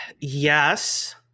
Yes